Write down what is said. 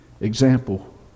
example